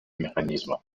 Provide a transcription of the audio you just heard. механизма